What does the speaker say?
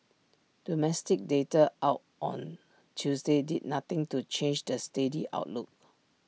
domestic data out on Tuesday did nothing to change the steady outlook